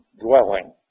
dwelling